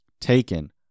Taken